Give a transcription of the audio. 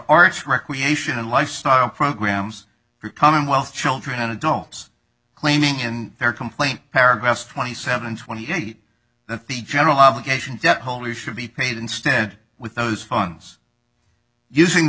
recreation and lifestyle programs commonwealth children and adults claiming in their complaint paragraphs twenty seven twenty eight that the general obligation debt holders should be paid instead with those funds using the